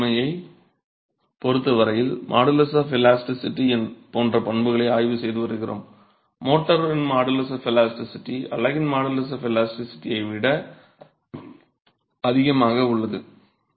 சிதைவின்மையைப் பொறுத்த வரையில் modulus of elasticity போன்ற பண்புகளை ஆய்வு செய்து வருகிறோம் மோர்டாரின் மாடுலஸ் ஆஃப் எலாஸ்டிசிட்டி அலகின் மாடுலஸ் ஆஃப் எலாஸ்டிசிட்டியை விட அதிகமாக உள்ளது